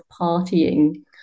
partying